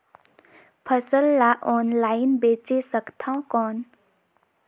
फसल ला ऑनलाइन बेचे सकथव कौन?